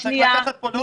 קורונה.